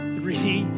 Three